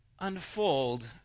unfold